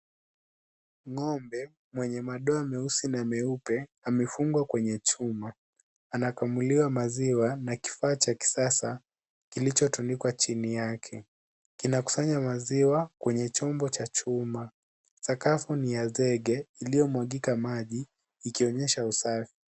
Ng'ombe mwenye madoa meusi na meupe amefungwa kwenye chuma. Anakamuliwa maziwa na kifaa cha kisasa kilichotundikwa chini yake. Kinakusanya maziwa kwenye chombo cha chuma. Sakafu ni ya zege iliyomwagika maji, ikionyesha usafi.